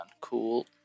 Cool